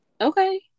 Okay